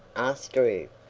asked drew,